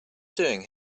doing